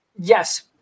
Yes